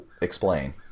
explain